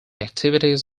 activities